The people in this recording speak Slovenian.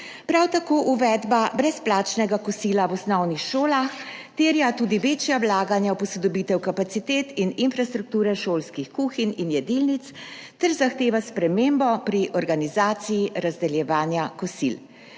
Prav tako uvedba brezplačnega kosila v osnovnih šolah terja tudi večja vlaganja v posodobitev kapacitet in infrastrukture šolskih kuhinj in jedilnic ter zahteva spremembo pri organizaciji razdeljevanja kosil,